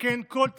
לתקן כל תקלה,